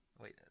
Wait